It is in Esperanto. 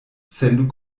sendu